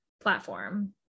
platform